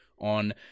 on